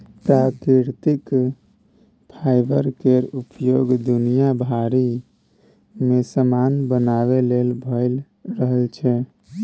प्राकृतिक फाईबर केर उपयोग दुनिया भरि मे समान बनाबे लेल भए रहल छै